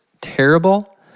terrible